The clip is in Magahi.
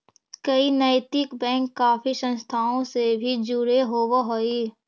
कई नैतिक बैंक काफी संस्थाओं से भी जुड़े होवअ हई